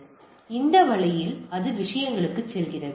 எனவே இந்த வழியில் அது விஷயங்களுக்கு செல்கிறது